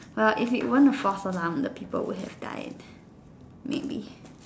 uh if it weren't a false alarm the people would have died maybe